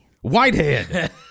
Whitehead